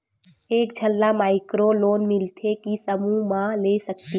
एक झन ला माइक्रो लोन मिलथे कि समूह मा ले सकती?